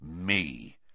Me